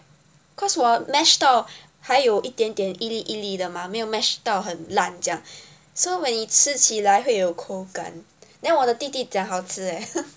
cause 我 mash 到还有一点点一粒一粒的吗没有 mash 到很烂这样 so when 你吃起来会口感 then 我的弟弟真好吃 eh